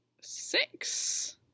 six